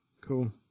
Cool